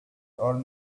all